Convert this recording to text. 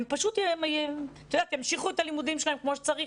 הם פשוט ימשיכו את הלימודים שלהם כמו שצריך,